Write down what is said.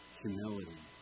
humility